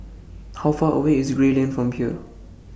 How Far away IS Gray Lane from here